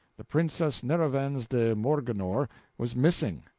the princess nerovens de morganore was missing,